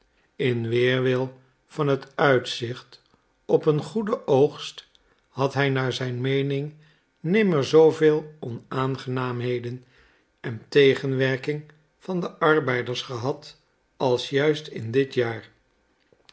in weerwil van het uitzicht op een goeden oogst had hij naar zijn meening nimmer zooveel onaangenaamheden en tegenwerking van de arbeiders gehad als juist in dit jaar